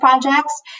projects